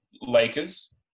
Lakers